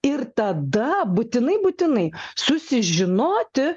ir tada būtinai būtinai susižinoti